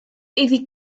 iddi